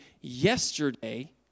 yesterday